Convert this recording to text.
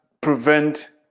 prevent